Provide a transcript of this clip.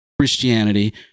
Christianity